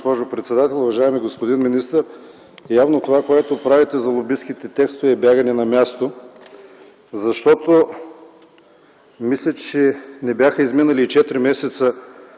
госпожо председател. Уважаеми господин министър! Явно това, което правите за лобистките текстове, е бягане на място. Защото, мисля, че не бяха изминали и четири месеца